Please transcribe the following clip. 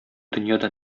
дөньяда